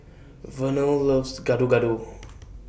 Vernell loves Gado Gado